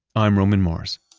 i'm roman mars